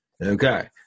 Okay